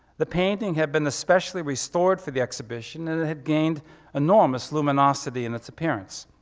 the painting had been especially restored for the exhibition and it had gained enormous luminosity in it's appearance.